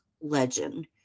legend